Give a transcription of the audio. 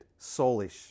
soulish